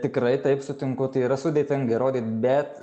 tikrai taip sutinku tai yra sudėtinga įrodyt bet